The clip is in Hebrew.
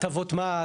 הטבות מס,